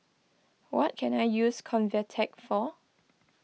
what can I use Convatec for